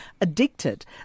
addicted